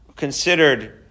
considered